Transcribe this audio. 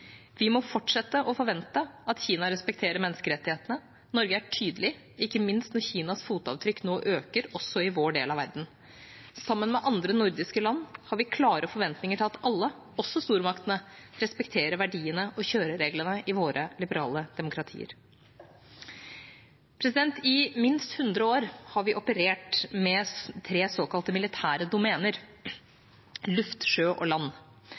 Vi må fortsette å forvente at Kina respekterer menneskerettighetene. Norge er tydelig, ikke minst når Kinas fotavtrykk nå øker også i vår del av verden. Sammen med andre nordiske land har vi klare forventninger til at alle, også stormaktene, respekterer verdiene og kjørereglene i våre liberale demokratier. I minst hundre år har vi operert med tre såkalte militære domener: luft, sjø og land.